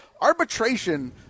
arbitration